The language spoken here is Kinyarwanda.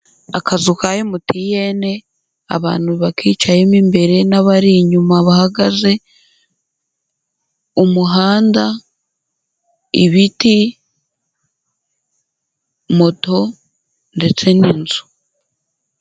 Akazu ka MTN, abantu bakicayemo imbere n'abari inyuma bahagaze, umuhanda, ibiti, moto, ndetse n'inzu.